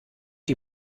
die